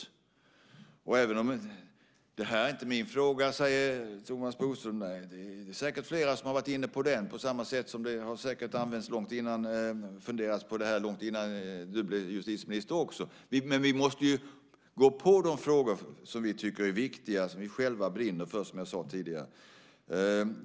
Thomas Bodström säger att det här inte är min fråga. Nej, det är säker flera som har varit inne på den, på samma sätt som det säkert har funderats på detta långt innan du blev justitieminister. Men vi måste gå på de frågor som vi tycker är viktiga och som vi själva brinner för, som jag sade tidigare.